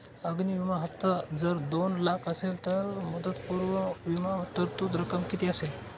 अग्नि विमा हफ्ता जर दोन लाख असेल तर मुदतपूर्व विमा तरतूद रक्कम किती असेल?